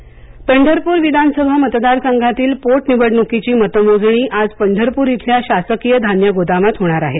मतमोजणी पंढरपूर विधानसभा मतदारसंघातील पोटनिवडणूकीची मतमोजणी आज पंढरपूर इथल्या शासकीय धान्य गोदामात होणार आहे